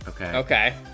Okay